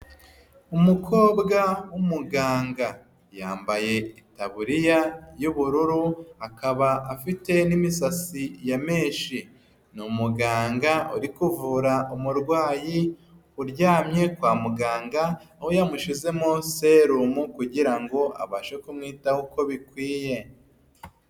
umukobwa w'umuganga yambaye itaburiya y'ubururu akaba afite n'imisatsi ya ama meshi ni umuganga uri kuvura umurwayi uryamye kwa muganga aho yamushyizemo serum kugirango abashe kumwitaho uko bikwiye.